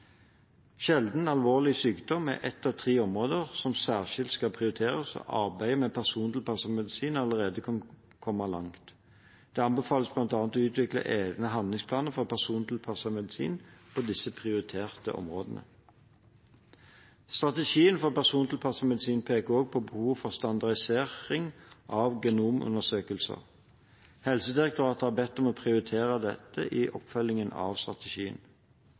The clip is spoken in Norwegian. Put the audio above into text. Sjelden alvorlig sykdom er et av tre områder som særskilt skal prioriteres, og arbeidet med persontilpasset medisin er allerede kommet langt. Det anbefales bl.a. å utvikle egne handlingsplaner for persontilpasset medisin på disse prioriterte områdene. Strategien for persontilpasset medisin peker også på behovet for standardisering av genomundersøkelser. Helsedirektoratet har bedt om å prioritere dette i oppfølgingen av strategien.